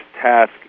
task